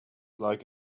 like